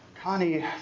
Connie